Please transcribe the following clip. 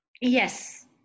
Yes